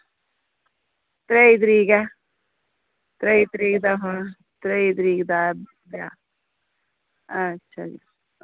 त्रेई तरीक ऐ त्रेई तरीक दा ऐ ब्याह अच्छा जी